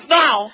now